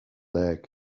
egg